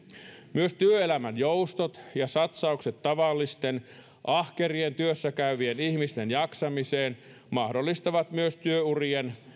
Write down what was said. myös työelämän joustot ja satsaukset tavallisten ahkerien työssäkäyvien ihmisten jaksamiseen mahdollistavat myös työurien